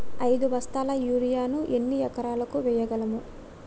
ఐదు బస్తాల యూరియా ను ఎన్ని ఎకరాలకు వేయగలము?